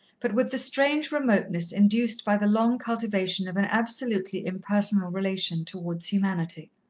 but with the strange remoteness induced by the long cultivation of an absolutely impersonal relation towards humanity.